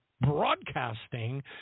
broadcasting